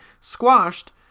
squashed